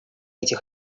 этих